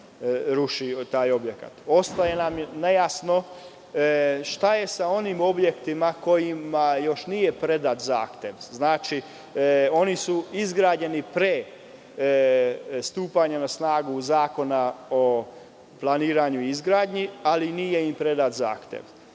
se taj objekat ruši. Ostaje nam nejasno šta je sa onim objektima za koje još nije predat zahtev? Oni su izgrađeni pre stupanja na snagu zakona o planiranju i izgradnji, ali nije im predat zahtev.